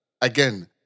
again